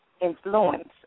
influence